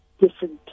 different